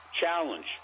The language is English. Challenge